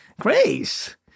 Grace